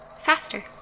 faster